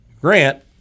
Grant